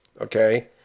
okay